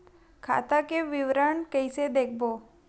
खाता के विवरण कइसे देखबो?